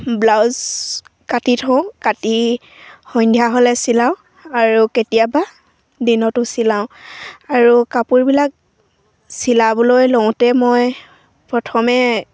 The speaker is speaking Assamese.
ব্লাউজ কাটি থওঁ কাটি সন্ধিয়া হ'লে চিলাওঁ আৰু কেতিয়াবা দিনতো চিলাওঁ আৰু কাপোৰবিলাক চিলাবলৈ লওঁতে মই প্ৰথমে